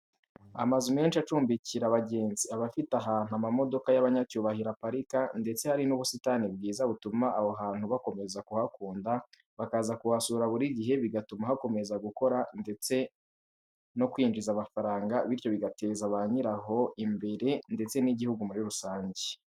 Amazu menshi acumbikira abagenzi aba afite ahantu amamodoka y'abanyacyubahiro aparika ndetse hari n'ubusitani bwiza butuma aho hantu bakomeza kuhakunda bakaza kuhasura buri gihe bigatuma hakomeza gukora ndetse no kwinjiza amafaranga bityo bigateza ba nyiraho imbere ndetse n'igihugu muri rusange.